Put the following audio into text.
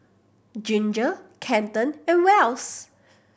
Ginger Kenton and Wells